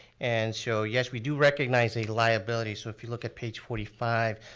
and so yes, we do recognize a liability so if you look at page forty five,